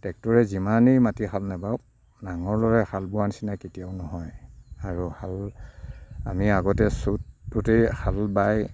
ট্ৰেক্টৰে যিমানেই মাটি হাল নাবাওক নাঙলেৰে হাল বোৱাৰ নিছিনা কেতিয়াও নহয় আৰু হাল আমি আগতে চ'ততেই হাল বাই